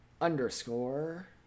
Underscore